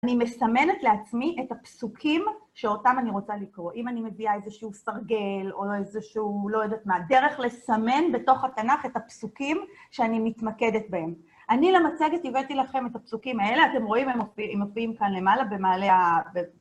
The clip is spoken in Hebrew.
אני מסמנת לעצמי את הפסוקים שאותם אני רוצה לקרוא. אם אני מביאה איזשהו סרגל או איזשהו לא יודעת מה, דרך לסמן בתוך התנ״ך את הפסוקים שאני מתמקדת בהם. אני למצגת הבאתי לכם את הפסוקים האלה, אתם רואים, הם מופיעים כאן למעלה, במעלה ה...